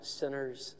sinners